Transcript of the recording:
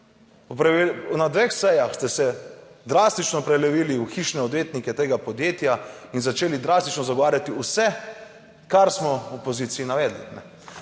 na dveh sejah ste se drastično prelevili v hišne odvetnike tega podjetja in začeli drastično zagovarjati vse, kar smo v opoziciji navedli.